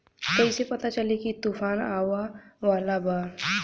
कइसे पता चली की तूफान आवा वाला बा?